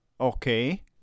Okay